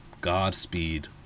Godspeed